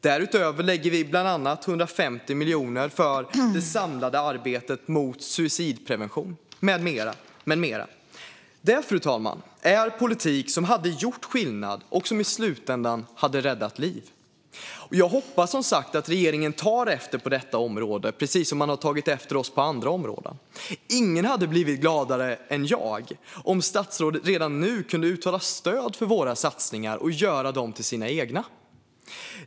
Därutöver lägger vi bland annat 150 miljoner på det samlade arbetet för suicidprevention - med mera. Det, fru talman, är politik som hade gjort skillnad och som i slutändan hade räddat liv. Jag hoppas som sagt att regeringen tar efter oss på detta område, precis som man har tagit efter oss på andra områden. Ingen hade blivit gladare än jag om statsrådet redan nu hade kunnat uttala stöd för våra satsningar och göra dem till sina egna.